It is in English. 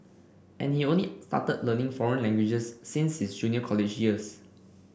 and he only started learning foreign languages since his junior college years